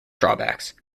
drawbacks